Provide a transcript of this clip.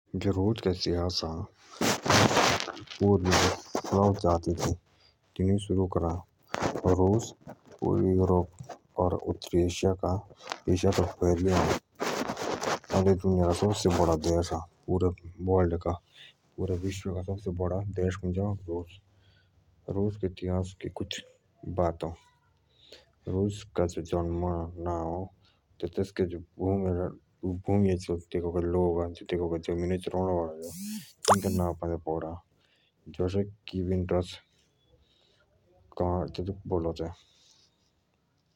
रूस का इतिहास पूर्वी जाति थी तिनुइ शुरू करा रूस एशिया दाही ना पुरे विश्व का सबसे बड़ा देश अ रूस के इतिहास कि कुछ बातअ रूस को नाअ तिनुके लोग के नाअ पान्दे पडो।